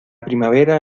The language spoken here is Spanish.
primavera